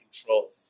control